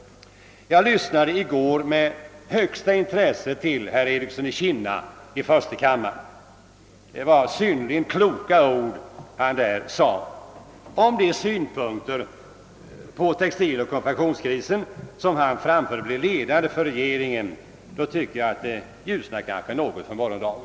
Jag lyssnade i går med största intresse till herr Ericsson i Kinna i första kammaren. Det var ett synnerligen klokt tal. Om de synpunkter han anlade på textiloch konfektionskrisen blir ledande för regeringen, ljusnar det kanske för morgondagen.